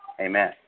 Amen